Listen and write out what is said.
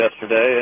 yesterday